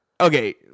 Okay